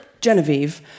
Genevieve